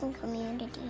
Community